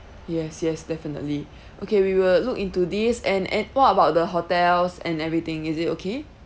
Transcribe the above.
yes yes definitely okay we will look into this and and what about the hotels and everything is it okay